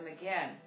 again